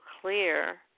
clear